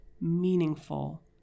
meaningful